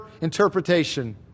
interpretation